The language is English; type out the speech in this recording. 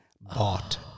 bought